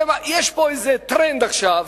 יש פה איזה טרנד עכשיו,